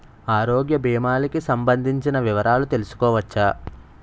ఆరోగ్య భీమాలకి సంబందించిన వివరాలు తెలుసుకోవచ్చా?